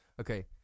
Okay